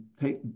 take